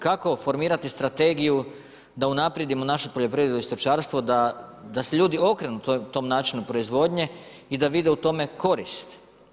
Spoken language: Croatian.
Kako formirati strategiju da unaprijedimo našu poljoprivredu i stočarstvo, da se ljudi okrenu tom načinu proizvodnje i da vide u tome korist?